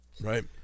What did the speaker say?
right